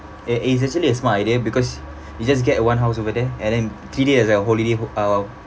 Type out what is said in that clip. it is actually a smart idea because you just get one house over there and then treat it as a holiday home uh